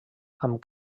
amb